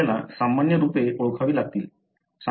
आपल्याला सामान्य रूपे ओळखावी लागतील